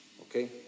Okay